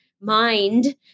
mind